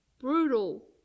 brutal